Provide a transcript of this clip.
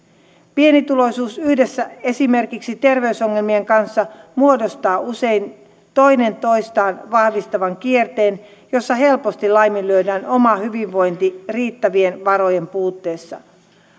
pienituloisuus yhdessä esimerkiksi terveysongelmien kanssa muodostaa usein toinen toistaan vahvistavan kierteen jossa helposti laiminlyödään oma hyvinvointi riittävien varojen puutteessa